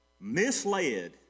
misled